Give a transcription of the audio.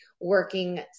working